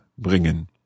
bringen